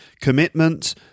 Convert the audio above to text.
Commitment